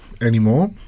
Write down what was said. anymore